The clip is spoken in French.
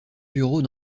bureaux